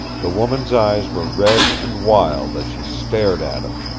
the woman's eyes were red and wild as she stared at him,